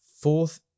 fourth